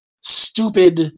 stupid